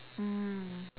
mm